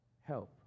help